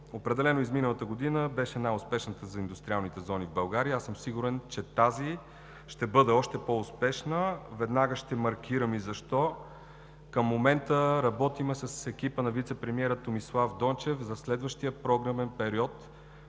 Определено изминалата година беше най-успешната за индустриалните зони в България. Сигурен съм, че тази ще бъде още по-успешна. Веднага ще маркирам и защо. Към момента работим с екипа на вицепремиера Томислав Дончев за следващия програмен период,